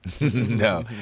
No